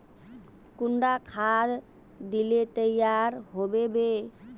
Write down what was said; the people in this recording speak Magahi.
कुंडा खाद दिले तैयार होबे बे?